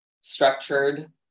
structured